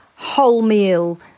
wholemeal